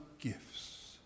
gifts